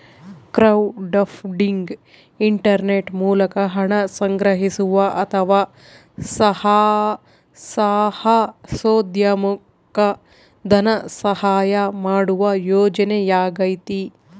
crowdfunding internet ಮೂಲಕ ಹಣ ಸಂಗ್ರಹಿಸುವ ಅಥವಾ ಸಾಹಸೋದ್ಯಮುಕ್ಕ ಧನಸಹಾಯ ಮಾಡುವ ಯೋಜನೆಯಾಗೈತಿ